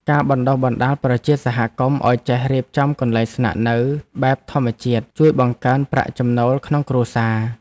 ការបណ្តុះបណ្តាលប្រជាសហគមន៍ឱ្យចេះរៀបចំកន្លែងស្នាក់នៅបែបធម្មជាតិជួយបង្កើនប្រាក់ចំណូលក្នុងគ្រួសារ។